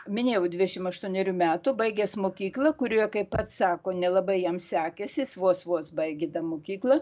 minėjau dvidešim aštuonerių metų baigęs mokyklą kurioje kaip pats sako nelabai jam sekėsi jis vos vos baigė tą mokyklą